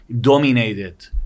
dominated